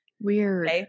Weird